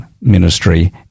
ministry